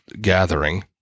gathering